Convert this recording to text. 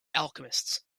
alchemists